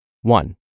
One